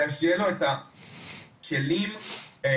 אלא שיהיו לו את הכלים לחנך.